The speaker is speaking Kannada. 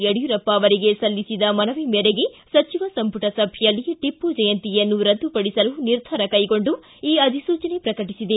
ಯಡಿಯೂರಪ್ಪ ಅವರಿಗೆ ಸಲ್ಲಿಸಿದ ಮನವಿ ಮೇರೆಗೆ ಸಚಿವ ಸಂಮಟ ಸಭೆಯಲ್ಲಿ ಟಿಪ್ಪು ಜಯಂತಿಯನ್ನು ರದ್ದುಪಡಿಸಲು ನಿರ್ಧಾರ ಕೈಗೊಂಡು ಅಧಿಸೂಚನೆ ಪ್ರಕಟಿಸಿದೆ